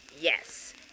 Yes